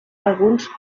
alguns